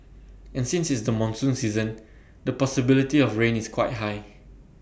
and since it's the monsoon season the possibility of rain is quite high